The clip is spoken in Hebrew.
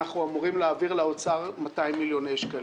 אנחנו אמורים להעביר לאוצר 200 מיליוני שקלים.